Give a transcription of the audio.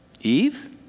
Eve